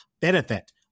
benefit